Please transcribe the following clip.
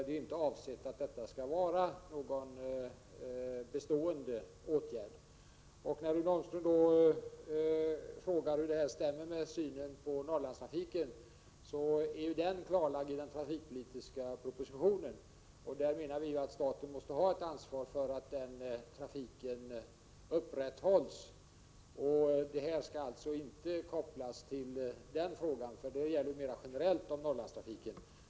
Det är inte avsett att detta skall vara någon bestående ordning. Rune Ångström frågar hur detta stämmer med synen på Norrlandstrafiken. Detta är ju klarlagt i regeringens trafikpolitiska proposition, där vi menar att staten måste ha ett ansvar för att upprätthålla trafiken. Den här frågan skall inte kopplas till det som gäller mera generellt om Norrlandstrafiken.